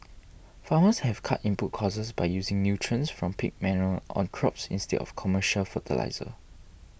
farmers have cut input costs by using nutrients from pig manure on crops instead of commercial fertiliser